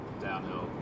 downhill